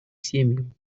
семьям